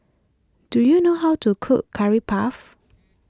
do you know how to cook Curry Puff